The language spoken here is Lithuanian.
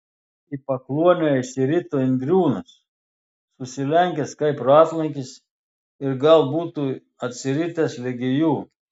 į pakluonę išsirito indriūnas susilenkęs kaip ratlankis ir gal būtų atsiritęs ligi jų